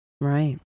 Right